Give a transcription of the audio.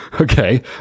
Okay